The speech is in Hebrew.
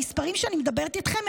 המספרים שאני מדברת עליהם איתך,